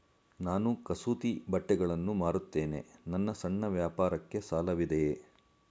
ನಾನು ಕಸೂತಿ ಬಟ್ಟೆಗಳನ್ನು ಮಾರುತ್ತೇನೆ ನನ್ನ ಸಣ್ಣ ವ್ಯಾಪಾರಕ್ಕೆ ಸಾಲವಿದೆಯೇ?